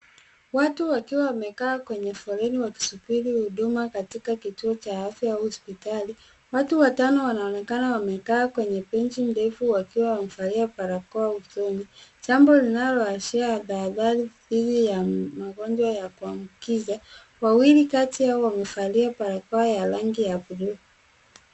Watu wakiwa wamekaa kwenye foleni wakisubiri huduma katika kituo cha afya au hospitali. Watu watano wanaonekana wamekaa kwenye benchi ndefu wakiwa wamevalia barakoa usoni, jambo linaloashiria tahadhari ya magonjwa ya kuambukiza. Wawili kati yao wamevalia barakoa ya rangi ya buluu.